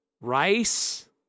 Rice